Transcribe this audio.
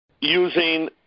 using